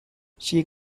she